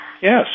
Yes